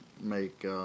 make –